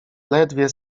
ledwie